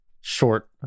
short